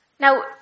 Now